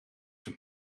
zijn